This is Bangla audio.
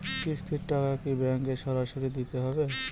কিস্তির টাকা কি ব্যাঙ্কে সরাসরি দিতে হবে?